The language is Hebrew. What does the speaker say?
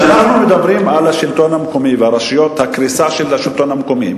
כשאנחנו מדברים על השלטון המקומי ועל הקריסה של השלטון המקומי,